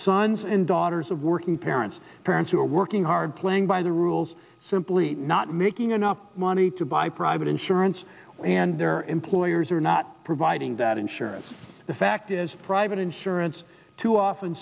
sons and daughters of working parents parents who are working hard playing by the rules simply not making enough money to buy private insurance and their employers are not providing that insurance the fact is private insurance too often